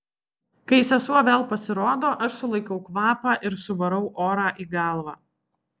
kai sesuo vėl pasirodo aš sulaikau kvapą ir suvarau orą į galvą